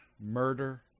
murder